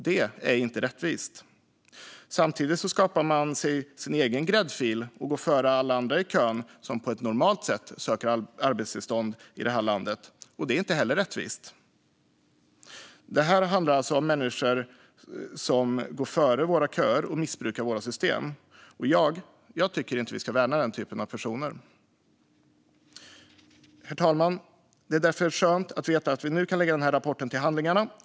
Det är inte rättvist. Samtidigt skapas en gräddfil som gör att man går före alla dem som söker arbetstillstånd på normalt sätt i det här landet. Det är inte heller rättvist. Det här handlar alltså om människor som går före i kön och missbrukar våra system, och jag tycker inte att vi ska värna den typen av personer. Herr talman! Det är därför skönt att veta att vi nu kan lägga den här rapporten till handlingarna.